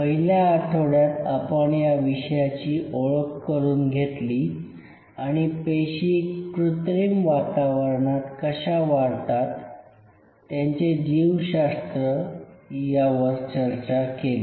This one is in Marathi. पहिल्या आठवड्यात आपण या विषयाची ओळख करून घेतली आणि पेशी कृत्रिम वातावरणात कशा वाढतात त्यांचे जीवशास्त्र यावर चर्चा केली